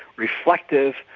reflective,